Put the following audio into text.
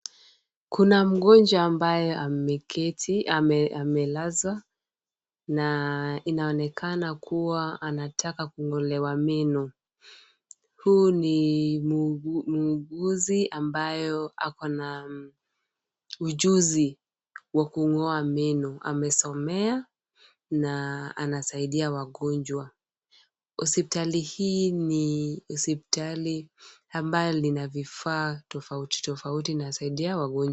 Kuna mgonjwa mbaye amelazwa na inaonekana kuwa anataka kung'olewa meno. Huyu ni muuguzi ambayo akona ujuzi wa kung'oa meno. Amesomea na anasaidia wagonjwa. Hospitali hii ni hospitali ambayo lina vifaa tofautitofauti inasaidia wagonjwa.